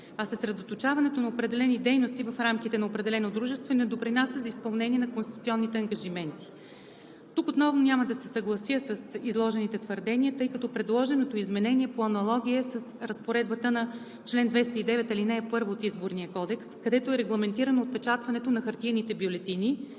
а съсредоточаването на определени дейности в рамките на определено дружество не допринася за изпълнение на конституционните ангажименти. Тук отново няма да се съглася с изложените твърдения, тъй като предложеното изменение е по аналогия с разпоредбата на чл. 209, ал. 1 от Изборния кодекс, където е регламентирано отпечатването на хартиените бюлетини